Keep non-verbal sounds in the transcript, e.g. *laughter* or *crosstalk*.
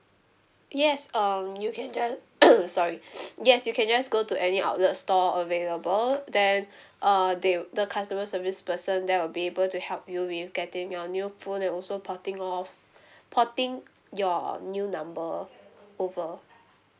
yes um you can just *coughs* sorry *noise* yes you can just go to any outlet store available then uh they the customer service person they will be able to help you with getting your new phone and also porting of porting your new number over